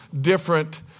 different